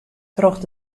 troch